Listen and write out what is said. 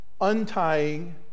untying